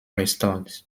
restored